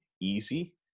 easy